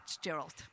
Gerald